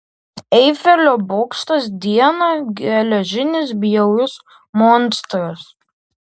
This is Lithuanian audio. eifelio bokštas dieną geležinis bjaurus monstras